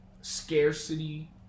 scarcity